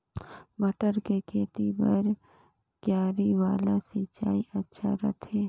मटर के खेती बर क्यारी वाला सिंचाई अच्छा रथे?